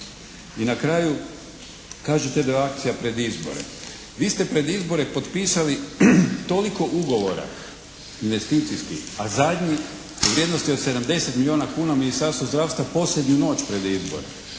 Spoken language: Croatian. I na kraju kažete da je akcija pred izbore. Vi ste pred izbore potpisali toliko ugovora investicijskih, a zadnji u vrijednosti od 70 milijuna kuna Ministarstvo zdravstva posljednju noć pred izbore.